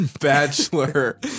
Bachelor